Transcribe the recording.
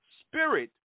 spirit